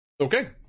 Okay